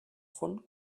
von